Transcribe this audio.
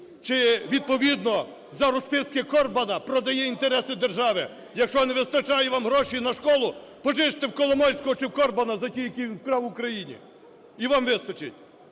чи відповідно за розписки Корбана продає інтереси держави. Якщо не вистачає вам грошей на школу, позичте в Коломойського чи в Корбана з тих, які він вкрав в Україні, і вам вистачить.